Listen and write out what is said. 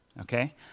okay